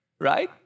right